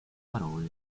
parole